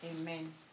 Amen